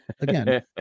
again